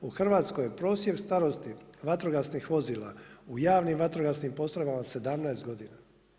U Hrvatskoj prosjek starosti vatrogasnih vozila u javnim vatrogasnim postrojbama je 17 godina.